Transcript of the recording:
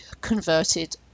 converted